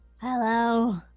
Hello